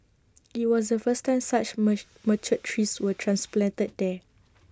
IT was the first time such mature trees were transplanted there